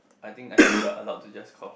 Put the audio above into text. I think I think you are allowed to just cough